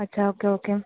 अच्छा okay okay